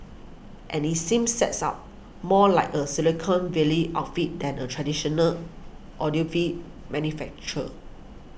and it seems says up more like a silicon valley outfit than a traditional audiophile manufacturer